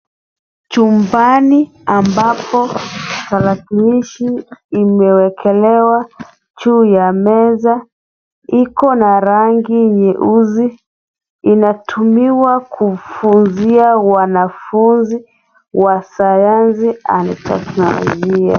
Chumbani ambapo tarakilishi imeekelewa juu ya meza, iko na rangi nyeusi. Inatumiwa kufunzia wanafunzi wa sayansi (cs)and(cs) teknolojia.